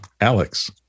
Alex